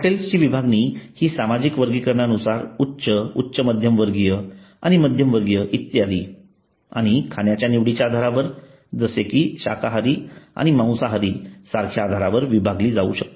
हॉटेल्सची विभागणी हि सामाजिक वर्गीकरणानुसार उच्च उच्च मध्यम वर्गीय आणि मध्यम वर्गीय इत्यादी आणि खाण्याच्या निवडीच्या आधारावर जसे की शाकाहारी आणि मांसाहारी सारख्या आधारावर विभागली जाऊ शकते